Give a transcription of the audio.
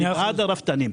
אני בעד הרפתנים,